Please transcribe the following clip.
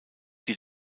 die